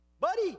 Buddy